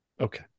Okay